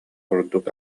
ордук